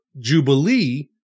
Jubilee